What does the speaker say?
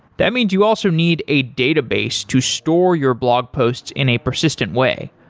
that means you also need a database to store your blog posts in a persistent way.